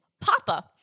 PAPA